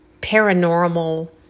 paranormal